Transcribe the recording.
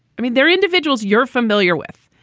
i mean, they're individuals you're familiar with.